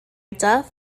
duff